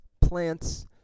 plants